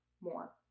more